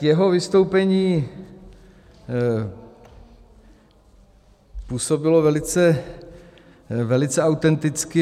Jeho vystoupení působilo velice autenticky.